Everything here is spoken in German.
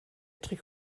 trick